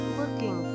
looking